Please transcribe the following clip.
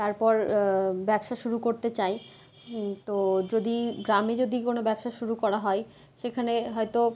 তারপর ব্যবসা শুরু করতে চায় তো যদি গ্রামে যদি কোনো ব্যবসা শুরু করা হয় সেখানে হয়তো